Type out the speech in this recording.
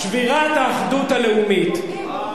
שבירת האחדות הלאומית, בוגדים.